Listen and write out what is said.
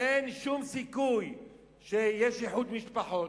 אין שום סיכוי שיש איחוד משפחות.